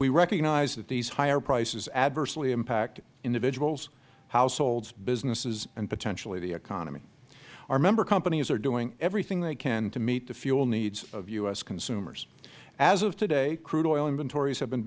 we recognize that these higher prices adversely impact individuals households businesses and potentially the economy our member companies are doing everything they can to meet the fuel needs of u s consumers as of today crude oil inventories have been